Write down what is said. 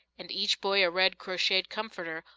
and each boy a red crocheted comforter,